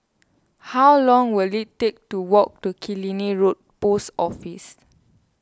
how long will it take to walk to Killiney Road Post Office